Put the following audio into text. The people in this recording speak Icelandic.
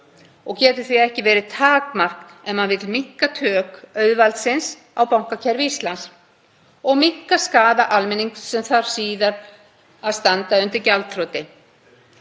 og getur því ekki verið takmark ef maður vill minnka tök auðvaldsins á bankakerfi Íslands og minnka skaða almennings sem þarf síðar að standa undir gjaldþroti.